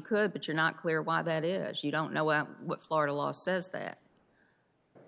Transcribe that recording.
could but you're not clear why that is you don't know what our law says that